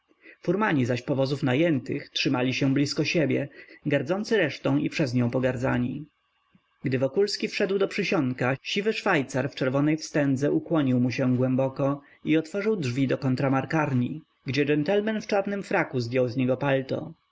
furmani zaś powozów najętych trzymali się blisko siebie gardzący resztą i przez nią pogardzani gdy wokulski wszedł do przysionka siwy szwajcar w czerwonej wstędze ukłonił mu się głęboko i otworzył drzwi do kontramarkarni gdzie dżentlmen w czarnym fraku zdjął z niego palto